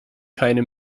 keine